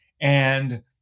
And-